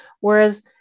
Whereas